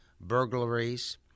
burglaries